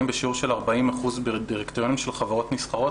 בשיעור של 40% בדירקטוריונים של חברות נסחרות.